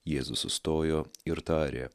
jėzus sustojo ir tarė